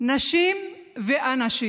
נשים ואנשים,